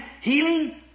healing